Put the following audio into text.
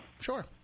Sure